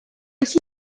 aussi